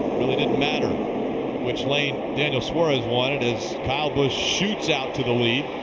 didn't matter which lane daniel suarez wanted as kyle busch shoots out to the lead.